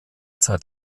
zeit